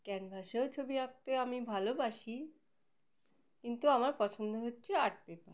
ক্যানভাসেও ছবি আঁকতে আমি ভালোবাসি কিন্তু আমার পছন্দ হচ্ছে আর্ট পেপার